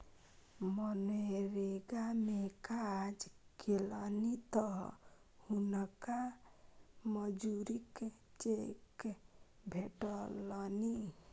मनरेगा मे काज केलनि तँ हुनका मजूरीक चेक भेटलनि